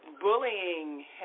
bullying